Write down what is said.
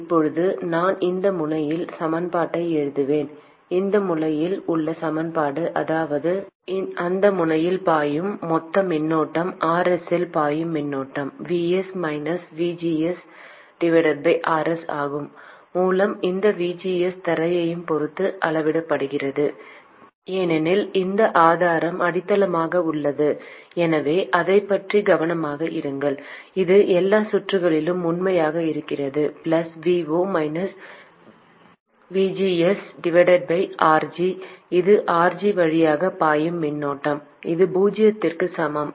இப்போது நான் இந்த முனையில் சமன்பாட்டை எழுதுவேன் அந்த முனையில் உள்ள சமன்பாடு அதாவது அந்த முனையில் பாயும் மொத்த மின்னோட்டம் Rsல் பாயும் மின்னோட்டம் Rs ஆகும் மூலம் இந்த VGS தரையையும் பொறுத்து அளவிடப்படுகிறது ஏனெனில் இந்த ஆதாரம் அடித்தளமாக உள்ளது எனவே அதைப் பற்றி கவனமாக இருங்கள் இது எல்லா சுற்றுகளிலும் உண்மையாக இருக்காது பிளஸ் RG இது RG வழியாக பாயும் மின்னோட்டம் இது பூஜ்ஜியத்திற்கு சமம்